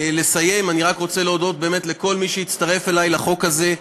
אני רק רוצה להודות באמת לכל מי שהצטרף אלי לחוק הזה,